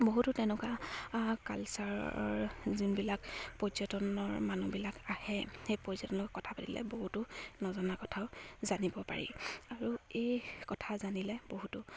বহুতো তেনেকুৱা কালচাৰৰ যোনবিলাক পৰ্যটনৰ মানুহবিলাক আহে সেই পৰ্যটনৰ কথা পাতিলে বহুতো নজনা কথাও জানিব পাৰি আৰু এই কথা জানিলে বহুতো